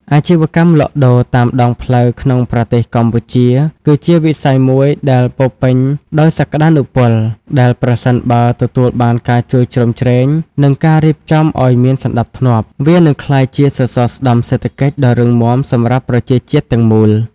អាជីវកម្មលក់ដូរតាមដងផ្លូវក្នុងប្រទេសកម្ពុជាគឺជាវិស័យមួយដែលពោរពេញដោយសក្ដានុពល ដែលប្រសិនបើទទួលបានការជួយជ្រោមជ្រែង និងការរៀបចំឱ្យមានសណ្ដាប់ធ្នាប់ វានឹងក្លាយជាសសរស្តម្ភសេដ្ឋកិច្ចដ៏រឹងមាំសម្រាប់ប្រជាជាតិទាំងមូល។